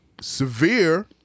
severe